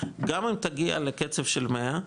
גם אם תגיע לקצב של 100,